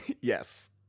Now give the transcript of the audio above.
Yes